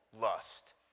lust